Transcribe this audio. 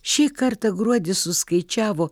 šį kartą gruodis suskaičiavo